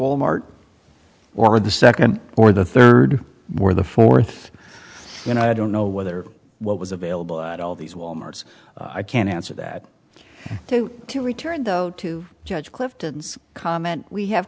wal mart or the second or the third or the fourth you know i don't know whether what was available to all these walmart's i can't answer that to return though to judge clifton's comment we have